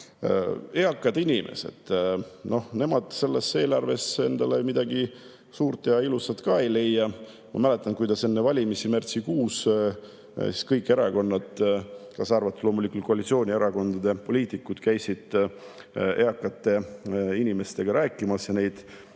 eakad inimesed sellest eelarvest endale midagi suurt ja ilusat ei leia. Ma mäletan, kuidas enne valimisi, märtsikuus, kõigi erakondade, kaasa arvatud loomulikult koalitsioonierakondade poliitikud käisid eakate inimestega rääkimas ja neid